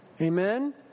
Amen